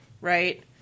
right